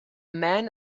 man